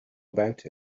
about